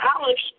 Alex